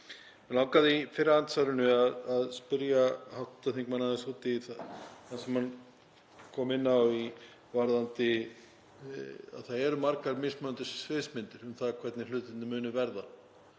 Mig langaði í fyrra andsvarinu að spyrja hv. þingmann aðeins út í það sem hann kom inn á varðandi að það eru margar mismunandi sviðsmyndir um það hvernig hlutirnir munu verða